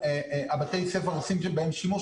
בתי הספר עושים בהו שימוש.